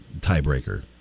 tiebreaker